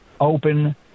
open